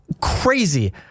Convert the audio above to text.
crazy